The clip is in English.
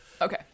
Okay